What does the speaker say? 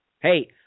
Hey